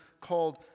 called